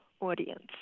audience